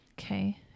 Okay